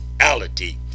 reality